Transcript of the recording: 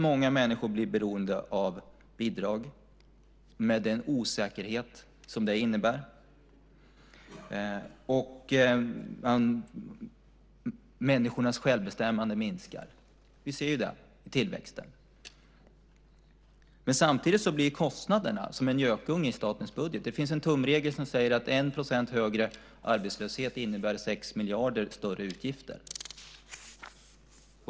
Många människor blir beroende av bidrag, med den osäkerhet som det innebär, och människornas självbestämmande minskar. Vi ser det på tillväxten. Samtidigt blir kostnaderna som en gökunge i statens budget. Det finns en tumregel som säger att 1 % högre arbetslöshet innebär 6 miljarder större utgifter.